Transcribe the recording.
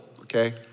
Okay